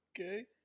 Okay